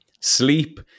Sleep